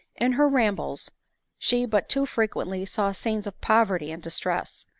in her rambles she but too frequently saw scenes of poverty and distress,